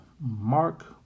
Mark